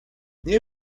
nie